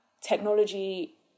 technology